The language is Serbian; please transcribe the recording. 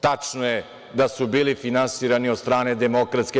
Tačno je da su bili finansirani od strane DS.